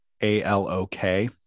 a-l-o-k